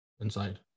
inside